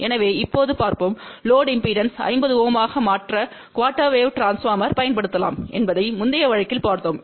எனவே இப்போது பார்ப்போம் லோடு இம்பெடன்ஸை 50 Ω ஆக மாற்ற குஆர்டெர் வேவ் ட்ரான்ஸ்போர்மர் பயன்படுத்தப்படலாம் என்பதை முந்தைய வழக்கில் பார்த்தோம்